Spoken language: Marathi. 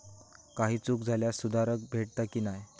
काही चूक झाल्यास सुधारक भेटता की नाय?